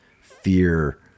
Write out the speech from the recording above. fear